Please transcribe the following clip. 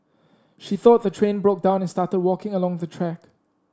she thought the train broke down and started walking along the track